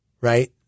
right